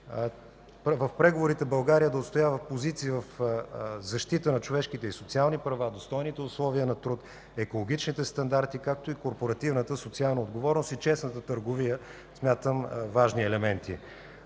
В преговорите България да отстоява позиция в защита на човешките и социални права, достойните условия на труд, екологичните стандарти, както и корпоративната социална отговорност и честната търговия – смятам, важни елементи.